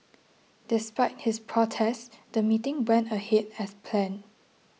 despite his protest the meeting went ahead as planned